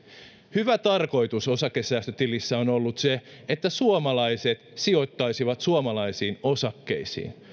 hyvä tarkoitus osakesäästötilissä on ollut se että suomalaiset sijoittaisivat suomalaisiin osakkeisiin